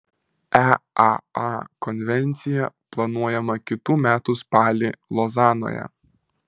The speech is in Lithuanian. eaa konvencija planuojama kitų metų spalį lozanoje